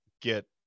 get